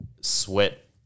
sweat